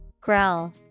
Growl